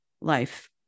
life